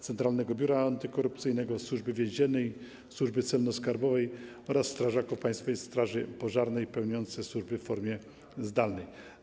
Centralnego Biura Antykorupcyjnego, Służby Więziennej, Służby Celno-Skarbowej oraz strażaków Państwowej Straży Pożarnej pełniących służbę w formie zdalnej.